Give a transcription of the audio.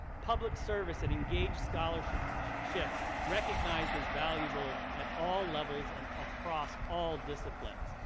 public service and engage scholarship scholarship recognized as valuable at all levels and across all disciplines.